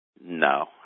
no